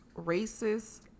racist